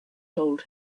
told